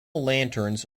lanterns